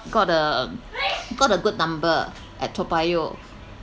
got a got a good number at toa payoh